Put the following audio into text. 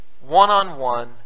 one-on-one